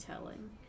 telling